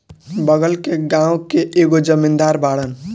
बगल के गाँव के एगो जमींदार बाड़न